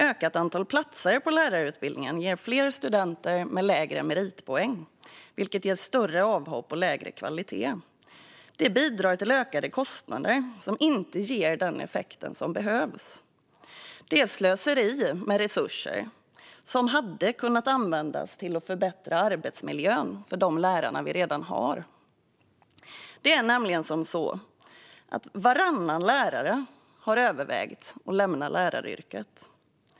Ökat antal platser på lärarutbildningen ger fler studenter med lägre meritpoäng, vilket ger fler avhopp och lägre kvalitet. Detta bidrar till ökade kostnader och ger inte den effekt som behövs. Det är slöseri med resurser som hade kunnat användas till att förbättra arbetsmiljön för de lärare vi redan har. Det är nämligen så att varannan lärare har övervägt att lämna läraryrket.